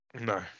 No